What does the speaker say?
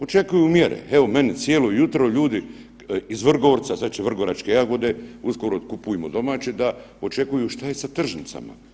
Očekuju mjere, evo meni cijelo jutro ljudi, iz Vrgorca, sad će vrgoračke jagode, uskoro, kupujmo domaće, da, očekuju, što je sa tržnicama?